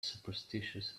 superstitious